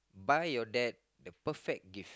buy your dad the perfect gift